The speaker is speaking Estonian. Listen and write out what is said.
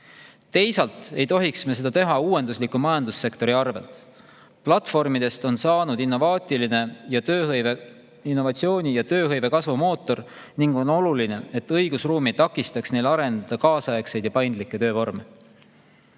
Teisalt ei tohiks me seda teha uuendusliku majandussektori arvelt. Platvormidest on saanud innovatsiooni ja tööhõive kasvumootor ning on oluline, et õigusruum ei takistaks neil arendada kaasaegseid ja paindlikke töövorme. Kolmas